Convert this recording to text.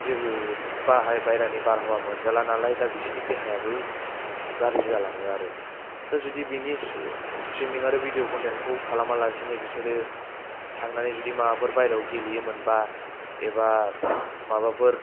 जेबो बाहेरानि बारहावा मोनजाला नालाय दा बिसोरनि देहायाबो गाज्रि जालाङो आरो दा जुदि बेनि स्त्रिमिं आरो भिदिअ कन्तेन्तखौ खालामालासेनो बिसोरो थांनानै जुदि माबाफोर बाहेरायाव गेलेयोमोनबा एबा माबाफोर